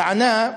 הטענה,